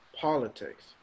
politics